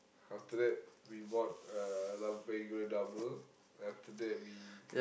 after that we bought uh a lot of mee-goreng double after that we